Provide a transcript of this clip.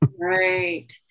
right